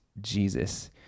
Jesus